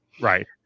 Right